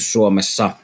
Suomessa